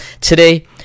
Today